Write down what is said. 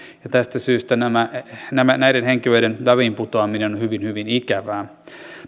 ja tästä syystä näiden henkilöiden väliinputoaminen on hyvin hyvin ikävää